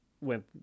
went